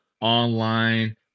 online